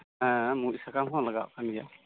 ᱦᱮᱸ ᱢᱩᱲᱩᱡ ᱥᱟᱠᱟᱢ ᱦᱚᱸ ᱞᱟᱜᱟᱣᱟᱜ ᱠᱟᱱ ᱜᱮᱭᱟ